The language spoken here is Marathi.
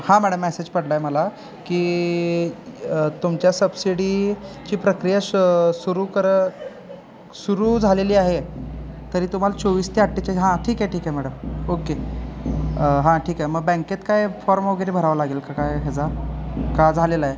हां मॅडम मॅसेज पडला आहे मला की तुमच्या सबसिडी ची प्रक्रिया स सुरू कर सुरू झालेली आहे तरी तुम्हाला चोवीस ते आठ्ठेचाळीस हां ठीक आहे ठीक आहे मॅडम ओके हां ठीक आहे मग बँकेत काय फॉर्म वगैरे भरावं लागेल का काय ह्याचा का झालेला आहे